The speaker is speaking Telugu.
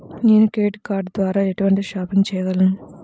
నేను క్రెడిట్ కార్డ్ ద్వార ఎటువంటి షాపింగ్ చెయ్యగలను?